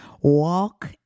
Walk